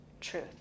truth